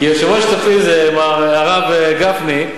הרב גפני,